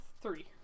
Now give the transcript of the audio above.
three